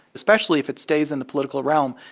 especially if it stays in the political realm,